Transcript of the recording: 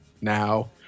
now